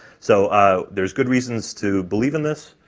so there's good reasons to believe in this,